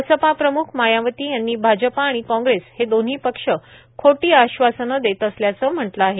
बसपा प्रम्रख मायावती यांनी भाजपा आणि काँग्रेस हे दोव्ही पक्ष खोटी आश्वासन देत असल्याचं म्हटलं आहे